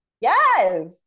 Yes